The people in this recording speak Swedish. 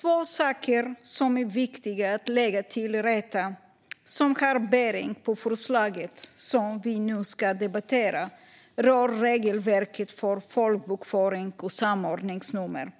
Två saker som är viktiga att lägga till rätta och som har bäring på förslaget som vi nu ska debattera rör regelverket för folkbokföring och samordningsnummer.